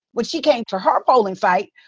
when she came to her polling site,